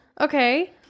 Okay